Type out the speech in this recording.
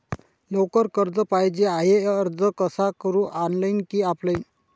लवकर कर्ज पाहिजे आहे अर्ज कसा करु ऑनलाइन कि ऑफलाइन?